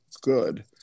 good